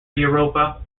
europa